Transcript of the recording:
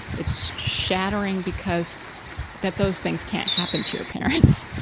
it's shattering because that those things can't happen to your parents,